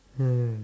yes